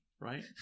right